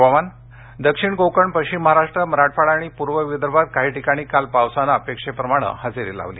हवामान सिंधुदुर्ग दक्षिण कोकण पश्चिम महाराष्ट्र मराठवाडा आणि पूर्व विदर्भात काही ठिकाणी काल पावसानं अपेक्षेप्रमाणे हजेरी लावली